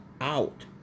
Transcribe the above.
out